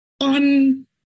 on